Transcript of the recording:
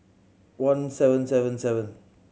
one seven seven seven